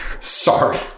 Sorry